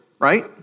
right